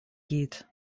geht